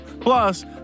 Plus